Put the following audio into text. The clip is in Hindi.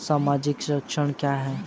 सामाजिक संरक्षण क्या है?